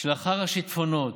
שלאחר השיטפונות,